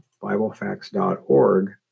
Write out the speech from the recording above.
BibleFacts.org